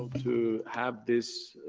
to have this